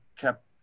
kept –